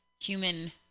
human